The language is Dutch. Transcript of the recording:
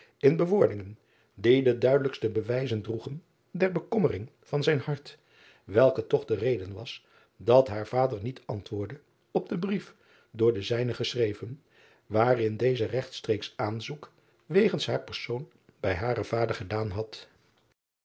in bewoordingen die de duidelijkste bewijzen droegen der bekommering van zijn hart welke toch de reden was dat haar vader niet antwoordde op den brief door den zijnen geschreven waarin deze regtstreeks aanzoek wegens haar persoon bij haren vader gedaan had